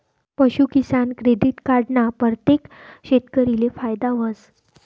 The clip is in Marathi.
पशूकिसान क्रेडिट कार्ड ना परतेक शेतकरीले फायदा व्हस